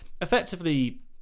effectively